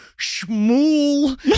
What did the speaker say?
schmool